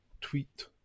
tweet